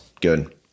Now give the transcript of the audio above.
Good